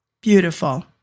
Beautiful